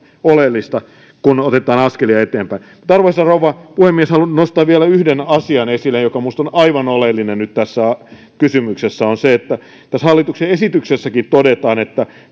oleellista kun otetaan askelia eteenpäin arvoisa rouva puhemies haluan nostaa esille vielä yhden asian joka minusta on aivan oleellinen nyt tässä kysymyksessä se on se että tässä hallituksen esityksessäkin todetaan että